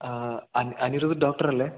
Anirudh doctor അല്ലേ